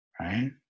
Right